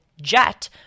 jet